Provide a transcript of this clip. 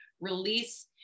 release